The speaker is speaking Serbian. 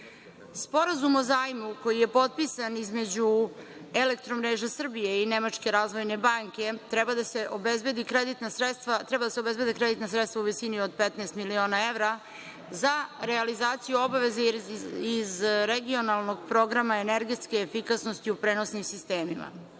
Sporazumom o zajmu koji je potpisan između „Elektromreže Srbije“ i Nemačke razvojne banke treba da se obezbede kreditna sredstva u visini od 15 miliona evra za realizaciju obaveze iz regionalnog programa energetske efikasnosti u prenosnim sistemima. Primarni